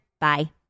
Bye